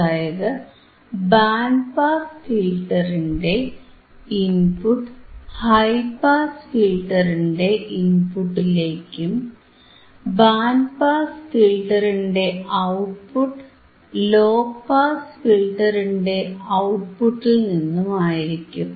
അതായത് band pass ഫിൽറ്ററിന്റെ input high pass ഫിൽറ്ററിന്റെ ഇൻപുട്ടിലേക്കും ബാൻഡ് പാസ് ഫിൽറ്ററിന്റെ ഔട്ട്പുട്ട് ലോ പാസ് ഫിൽറ്ററിന്റെ ഔട്ട്പുട്ടിൽനിന്നും ആയിരിക്കും